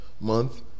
month